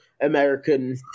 American